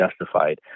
justified